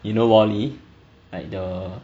you know wall E like the